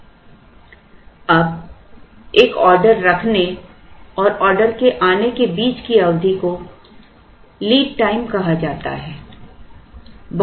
अब एक ऑर्डर रखने और ऑर्डर के आने के बीच की अवधि को लीड टाइम कहा जाता है